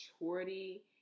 maturity